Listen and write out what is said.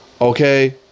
Okay